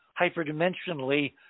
hyperdimensionally